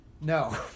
No